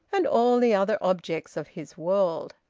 and all the other objects of his world.